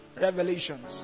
revelations